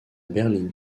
berline